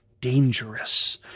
dangerous